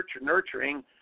nurturing